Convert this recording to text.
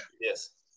Yes